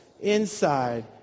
inside